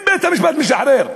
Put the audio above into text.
אם בית-המשפט משחרר,